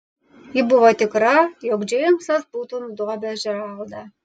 ji buvo tikra jog džeimsas būtų nudobęs džeraldą